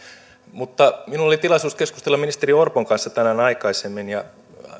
mutta minulla oli tilaisuus keskustella ministeri orpon kanssa tänään aikaisemmin ja